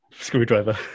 screwdriver